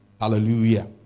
Hallelujah